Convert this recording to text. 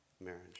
marriage